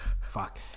Fuck